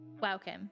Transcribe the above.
welcome